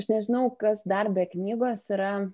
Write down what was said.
aš nežinau kas dar be knygos yra